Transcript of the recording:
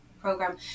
program